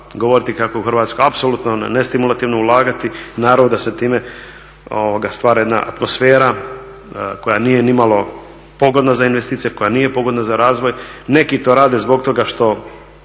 govoriti kako je u Hrvatsku apsolutno nestimulativno ulagati, naravno da se time stvara jedna atmosfera koja nije nimalo pogodna za investicije, koja nije pogodna za razvoj. Neki to rade zbog toga što